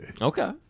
Okay